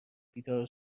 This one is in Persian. بیدار